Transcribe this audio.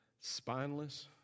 spineless